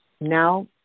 now